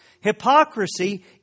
Hypocrisy